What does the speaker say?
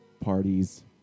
Parties